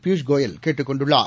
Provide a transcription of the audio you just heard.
பியூஷ் கோயல் கேட்டுக் கொண்டுள்ளார்